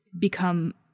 become